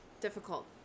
difficult